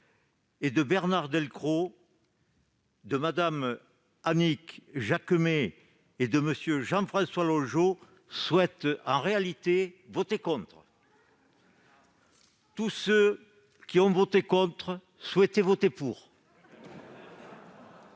et Bernard Delcros, de Mme Annick Jacquemet, et de M. Jean-François Longeot, voulaient en réalité voter contre. Tous ceux qui ont voté contre souhaitaient voter pour